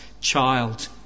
child